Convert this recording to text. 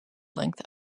length